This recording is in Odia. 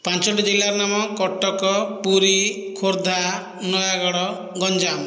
ପାଞ୍ଚଟି ଜିଲ୍ଲାର ନାମ କଟକ ପୁରୀ ଖୋର୍ଦ୍ଧା ନୟାଗଡ଼ ଗଞ୍ଜାମ